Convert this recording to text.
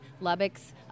Lubbock's